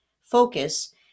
focus